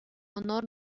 honor